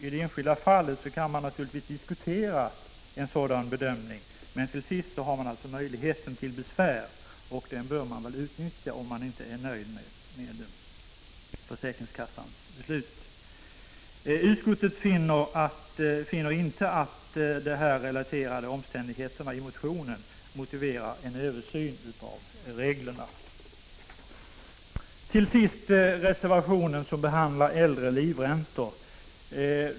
I det enskilda fallet kan man naturligtvis diskutera en sådan bedömning, men till sist har man möjligheten att anföra besvär, och den möjligheten bör man väl utnyttja, om man inte är nöjd med försäkringskassans beslut. Utskottet finner inte att de i motionen relaterade omständigheterna motiverar en översyn av reglerna. Den sista reservationen behandlar äldre livräntor.